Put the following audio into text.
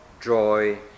joy